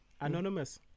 anonymous